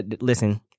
Listen